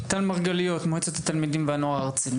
טל מרגליות, מועצת התלמידים והנוער הארצית,